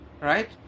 Right